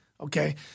Okay